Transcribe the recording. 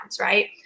right